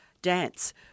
dance